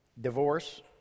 divorce